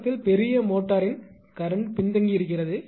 தொடக்கத்தில் பெரிய மோட்டாரின் கரண்ட் பின்தங்கியிருக்கிறது